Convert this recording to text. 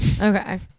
Okay